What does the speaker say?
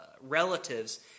relatives